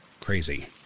crazy